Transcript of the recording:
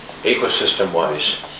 ecosystem-wise